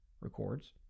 records